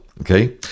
Okay